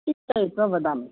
चिन्तयित्वा वदामि